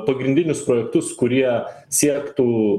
pagrindinius projektus kurie siektų